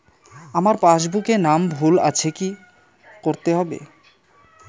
আমার পাসবুকে নাম ভুল আছে কি করতে হবে?